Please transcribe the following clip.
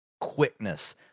quickness